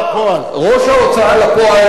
ראש ההוצאה לפועל.